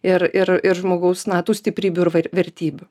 ir ir ir žmogaus na tų stiprybių ir ir vertybių